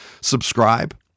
Subscribe